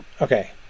Okay